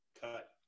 cut